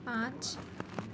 पाँच